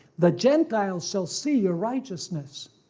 the gentiles shall see your righteousness,